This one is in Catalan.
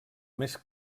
més